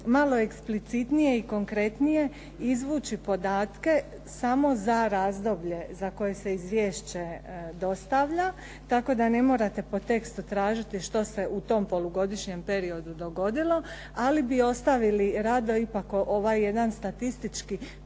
malo eksplicitnije i konkretnije izvući podatke samo za razdoblje za koje se izvješće dostavlja tako da ne morate po tekstu tražiti što se u tom polugodišnjem periodu dogodilo. Ali bi ostavili rado ipak ovaj jedan statistički